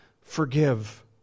forgive